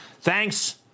Thanks